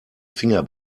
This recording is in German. finger